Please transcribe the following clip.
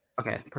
Okay